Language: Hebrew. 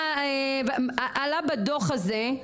עלה בדוח הזה.